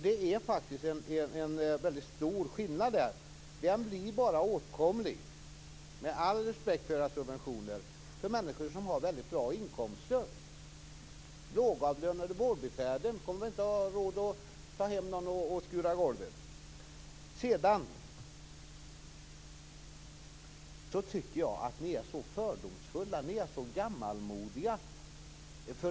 Det är faktiskt en väldigt stor skillnad där. Detta blir bara åtkomligt - med all respekt för era subventioner - för människor som har väldigt bra inkomster. Lågavlönade vårdbiträden kommer inte att ha råd att ta hem någon som skurar golvet. Sedan tycker jag att ni är så fördomsfulla och så gammalmodiga.